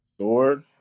sword